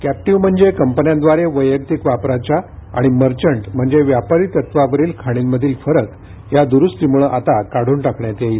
captive म्हणजे कंपन्यांद्वारे वैयक्तिक वापराच्या आणि मर्चंट म्हणजे व्यापारी तत्वावरील खाणींमधील फरक या द्रूस्तीमुळे आता काढून टाकण्यात येईल